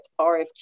RFQ